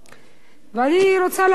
ואני רוצה להגיד לכם,